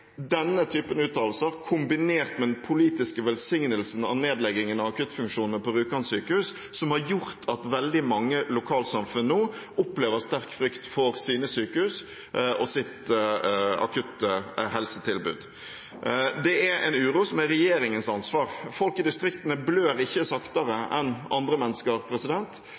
denne typen uttalelser, kombinert med den politiske velsignelsen av nedleggingen av akuttfunksjonene på Rjukan sykehus, som har gjort at veldig mange lokalsamfunn nå opplever sterk frykt for sine sykehus og sitt akutthelsetilbud. Det er en uro som er regjeringens ansvar. Folk i distriktene blør ikke saktere enn andre mennesker.